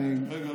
רגע.